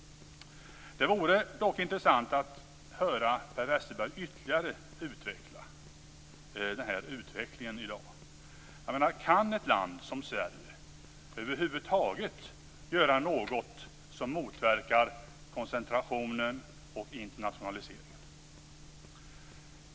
Det vore intressant att höra Per Westerberg ytterligare utveckla dagens situation. Kan ett land som Sverige över huvud taget göra något som motverkar koncentrationen och internationaliseringen?